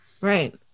Right